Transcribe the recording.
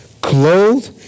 clothed